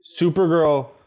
Supergirl